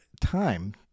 time